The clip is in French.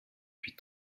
puis